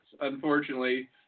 Unfortunately